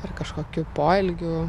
ar kažkokiu poelgiu